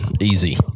easy